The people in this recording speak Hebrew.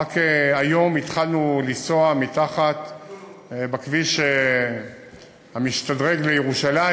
רק היום התחלנו לנסוע בכביש המשתדרג לירושלים.